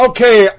Okay